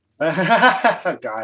God